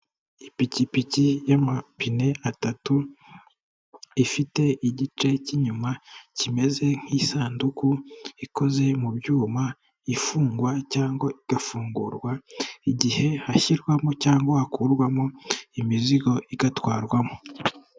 Ipikipiki y'amapine atatu ifite igice k'inyuma kimeze nk'isanduku ikoze mu byuma, ifungwa cyangwa igafungurwa igihe hashyirwamo cyangwa hakurwamo imizigo igatwarwamo.